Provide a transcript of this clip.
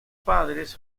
padres